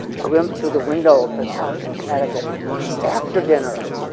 glimpse through the window of his house in connecticut after dinner.